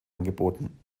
angeboten